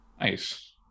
Nice